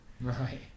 Right